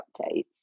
updates